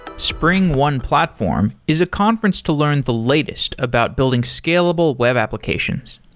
springone platform is a conference to learn the latest about building scalable web applications.